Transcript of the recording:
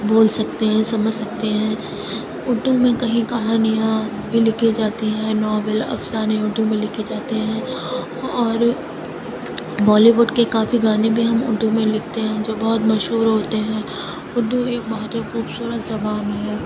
بول سکتے ہیں سمجھ سکتے ہیں اردو میں کئی کہانیاں بھی لکھی جاتی ہیں ناول افسانے اردو میں لکھے جاتے ہیں اور بالی وڈ کے کافی گانے بھی ہم اردو میں لکھتے ہیں جو بہت مشہور ہوتے ہیں اردو ایک بہت ہی خوبصورت زبان ہے